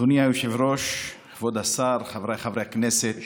אדוני היושב-ראש, כבוד השר, חבריי חברי הכנסת,